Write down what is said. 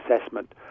assessment